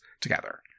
together